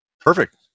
Perfect